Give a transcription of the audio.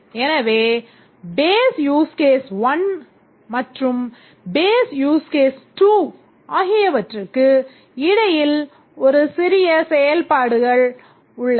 எனவே base use case 1 மற்றும் base use case 2 ஆகியவற்றுக்கு இடையில் சில சிறிய செயல்பாடுகள் உள்ளன